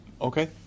Okay